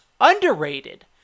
Underrated